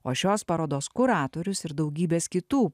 o šios parodos kuratorius ir daugybės kitų